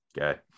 Okay